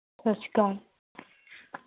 ਸਤਿ ਸ਼੍ਰੀ ਅਕਾਲ